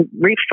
refer